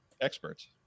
experts